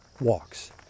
walks